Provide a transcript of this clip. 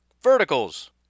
verticals